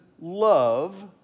love